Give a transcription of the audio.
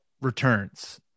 returns